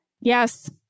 Yes